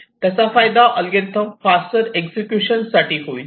त्याचा फायदा algorithm faster execution साठी होईल